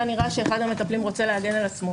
נראה שאחד המטפלים רוצה להגן על עצמו.